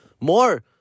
more